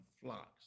flocks